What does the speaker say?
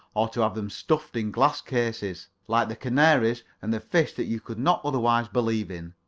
or to have them stuffed in glass cases like the canaries and the fish that you could not otherwise believe in.